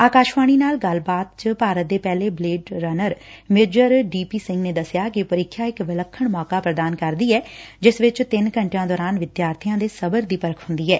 ਆਕਾਸ਼ਵਾਣੀ ਨਾਲ ਗੱਲਬਾਤ ਚ ਭਾਰਤ ਦੇ ਪਹਿਲੇ blade runner major D P Singh ਨੇ ਦਸਿਆ ਕਿ ਪ੍ੀਖਿਆ ਇਕ ਵਿਲੱਖਣ ਮੌਕਾ ਪ੍ਦਾਨ ਕਰਦੀ ਐ ਜਿਸ ਚ ਤਿੰਨ ਘੰਟਿਆਂ ਦੌਰਾਨ ਵਿਦਿਆਰਥੀ ਦੇ ਸਬਰ ਦੀ ਪਰਖ ਹੁੰਦੀ ਐ